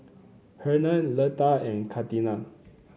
Hernan Leta and Katina